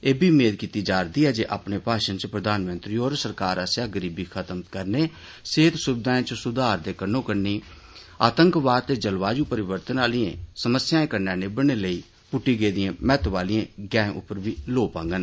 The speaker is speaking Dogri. एह बी मेद कीती जा'रदा ऐ जे अपने भाषण च प्रधानमंत्री होर सरकार आस्सेआ गरीबी खत्म करने सेहृत सुविघाएं च सुधार दे कन्नो कन्नी आतंकवाद ते जलवायु परिवर्तन आलिए समस्याए कन्नै निबड़ने लेई पुट्टी गेदिए महत्व आलिए गैंह उप्पर बी लोह् पांगन